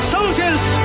Soldiers